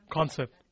Concept